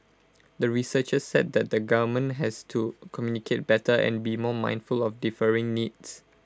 the researchers said that the government has to communicate better and be more mindful of differing needs